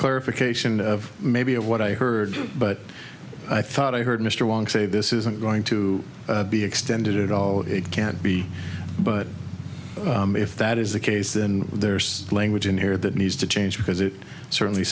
clarification maybe of what i heard but i thought i heard mr wong say this isn't going to be extended at all it can't be but if that is the case then there's language in here that needs to change because it certainly